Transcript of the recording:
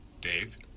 Dave